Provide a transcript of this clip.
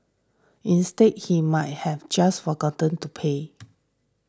instead he might have just forgotten to pay